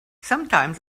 sometimes